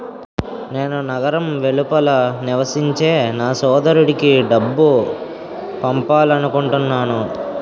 నేను నగరం వెలుపల నివసించే నా సోదరుడికి డబ్బు పంపాలనుకుంటున్నాను